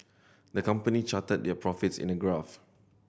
the company charted their profits in a graph